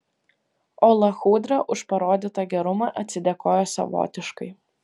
o lachudra už parodytą gerumą atsidėkojo savotiškai